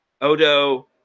Odo